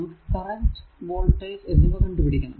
നമുക്ക് current voltage എന്നിവ കണ്ടു പിടിക്കണം